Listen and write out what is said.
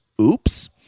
oops